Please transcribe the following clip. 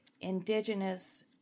indigenous